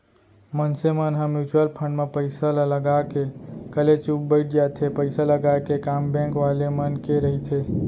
मनसे मन ह म्युचुअल फंड म पइसा ल लगा के कलेचुप बइठ जाथे पइसा लगाय के काम बेंक वाले मन के रहिथे